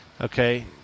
okay